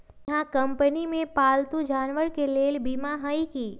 इहा कंपनी में पालतू जानवर के लेल बीमा हए कि?